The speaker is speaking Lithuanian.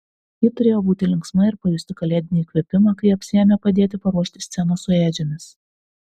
ji turėjo būti linksma ir pajusti kalėdinį įkvėpimą kai apsiėmė padėti paruošti sceną su ėdžiomis